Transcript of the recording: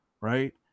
right